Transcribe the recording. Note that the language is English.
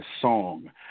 song